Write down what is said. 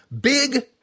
big